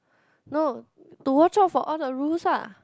no to watch out for all the rules ah